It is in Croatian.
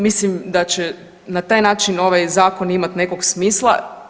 Mislim da će na taj način ovaj zakon imat nekog smisla.